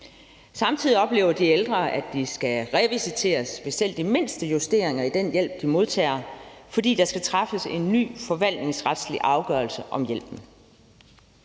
Samtidig oplever de ældre, at de skal revisiteres ved selv de mindste justeringer i den hjælp, de modtager, fordi der skal træffes en ny forvaltningsretslig afgørelse om hjælpen.